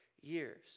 years